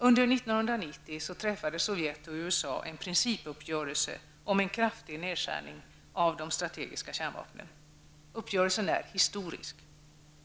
Under 1990 träffade Sovjet och USA en principuppgörelse om en kraftig nedskärning av de stategiska kärnvapnen. Uppgörelsen är historisk.